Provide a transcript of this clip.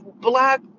Black